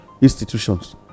institutions